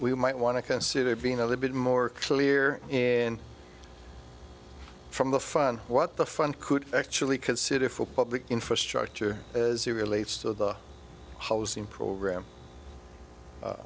we might want to consider being a little bit more clear in from the fun what the fun could actually consider for public infrastructure as it relates to the housing program